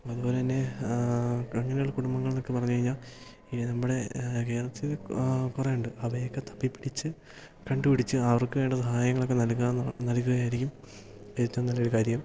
അതുപോലെ തന്നെ അങ്ങനെയുള്ള കുടുംബങ്ങളെന്നൊക്കെ പറഞ്ഞു കഴിഞ്ഞാല് നമ്മുടെ കേരളത്തിൽ കുറേയുണ്ട് അവയൊക്കെ തപ്പിപ്പിടിച്ച് കണ്ടുപിടിച്ച് അവർക്കു വേണ്ട സഹായങ്ങളൊക്കെ നൽകാന്ന് നൽകുകയായിരിക്കും ഏറ്റവും നല്ലൊരു കാര്യം